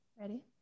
Ready